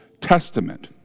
Testament